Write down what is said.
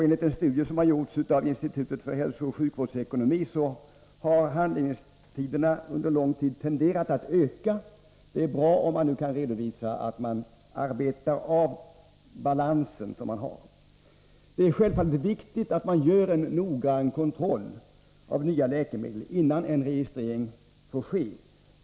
Enligt en studie som gjorts av Institutet för hälsooch sjukvårdsekonomi har handläggningstiderna under lång tid tenderat att öka. Det är bra om man nu kan redovisa att man arbetar av den balans man har. Det är självfallet av stor vikt att det görs en noggrann kontroll av nya läkemedel innan en registrering får ske.